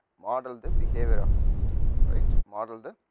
model the behavior ofa system right model the